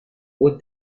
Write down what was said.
haute